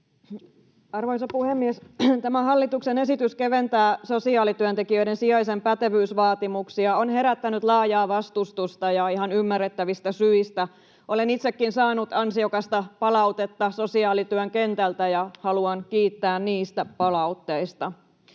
Arvoisa puhemies! Tämä hallituksen esitys keventää sosiaalityöntekijöiden sijaisen pätevyysvaatimuksia on herättänyt laajaa vastustusta ja ihan ymmärrettävistä syistä. Olen itsekin saanut ansiokasta palautetta sosiaalityön kentältä, ja haluan kiittää niistä palautteista.